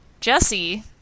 Jesse